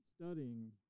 studying